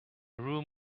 room